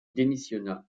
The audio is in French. démissionna